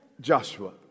Joshua